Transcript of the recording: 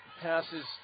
passes